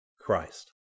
CHRIST